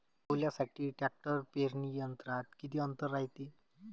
सोल्यासाठी ट्रॅक्टर पेरणी यंत्रात किती अंतर रायते?